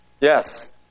Yes